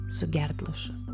sugert lašus